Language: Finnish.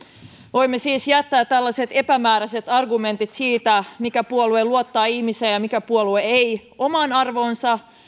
voimme siis jättää tällaiset epämääräiset argumentit siitä mikä puolue luottaa ihmiseen ja mikä puolue ei omaan arvoonsa